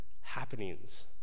happenings